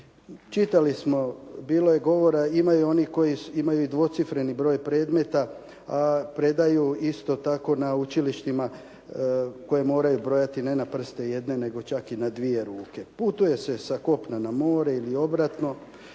Čitali smo, bilo je govora imaju oni koji imaju dvocifreni broj predmeta, a predaju isto tako na učilištima koji moraju brojati ne na prste jedne, nego čak i na dvije ruke. Putuje se sa kopna na more ili obratno,